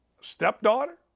stepdaughter